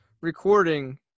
recording